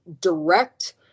direct